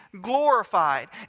glorified